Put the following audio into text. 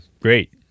great